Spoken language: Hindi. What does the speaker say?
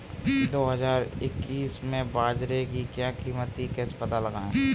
दो हज़ार इक्कीस में बाजरे की क्या कीमत थी कैसे पता लगाएँ?